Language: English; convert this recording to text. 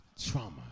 trauma